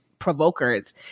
provokers